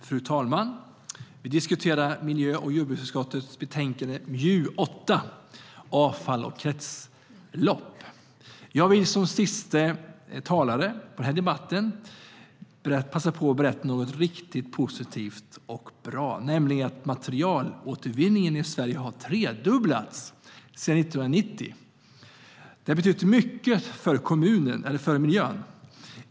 Fru talman! Vi diskuterar miljö och jordbruksutskottets betänkande MJU8 Avfall och kretslopp . Jag vill som siste talare i debatten passa på att berätta något riktigt positivt och bra, nämligen att materialåtervinningen i Sverige har tredubblats sedan 1990. Det har betytt mycket för miljön.